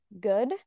good